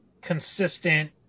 consistent